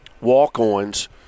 walk-ons